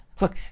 Look